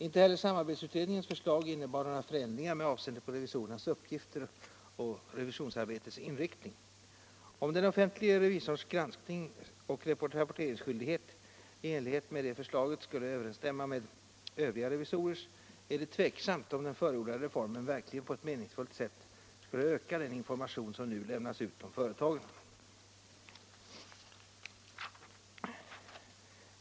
Inte heller samarbetsutredningens förslag innebar några förändringar med avseende på revisorernas uppgifter och revisionsarbetets inriktning. Om den offentlige revisorns granskning och rapporteringsskyldighet i enlighet med det förslaget skulle överensstämma med övriga revisorers är det tveksamt om den förordade reformen verkligen på ett meningsfullt sätt skulle öka den information som nu lämnas ut om företagen.